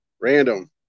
Random